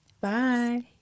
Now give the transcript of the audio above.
Bye